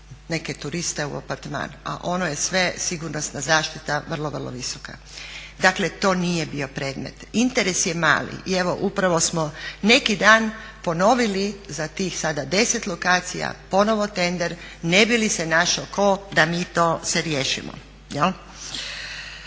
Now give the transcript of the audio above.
neke turiste u apartman? A ono je sve sigurnosna zaštita vrlo, vrlo visoka. Dakle, to nije bio predmet. Interes je mali i evo upravo smo neki dan ponovili za tih sada 10 lokacija ponovno tender ne bi li se našao tko da mi to se riješimo